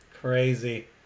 Crazy